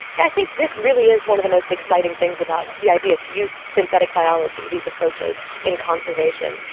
i think this really is one of the most exciting things about the idea, to use synthetic biology, these approaches in conservation.